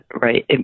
right